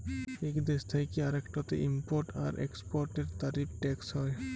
ইক দ্যেশ থ্যাকে আরেকটতে ইমপরট আর একেসপরটের তারিফ টেকস হ্যয়